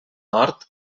nord